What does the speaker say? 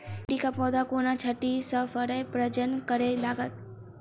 भिंडीक पौधा कोना छोटहि सँ फरय प्रजनन करै लागत?